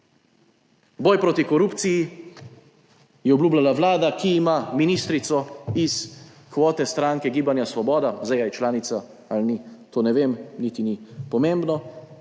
Boj proti korupciji je obljubljala vlada, ki ima ministrico iz kvote stranke Gibanja svoboda. Zdaj, ali je članica ali ni, to ne vem, niti ni pomembno,